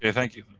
yeah thank you.